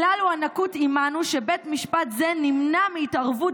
כלל הוא הנקוט עימנו שבית משפט זה נמנע מהתערבות